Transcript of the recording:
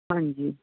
ਹਾਂਜੀ